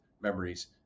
memories